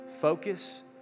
focus